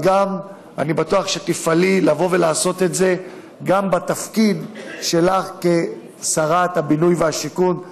אבל אני בטוח שתפעלי ותעשי את זה גם בתפקיד שלך כשרת הבינוי והשיכון,